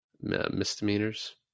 misdemeanors